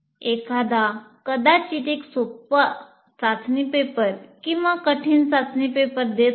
एखादा कदाचित एक सोपा चाचणी पेपर किंवा कठीण चाचणी पेपर देत असेल